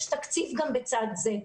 יש תקציב גם בצד זה.